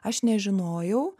aš nežinojau